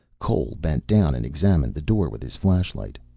cole bent down and examined the door with his flashlight.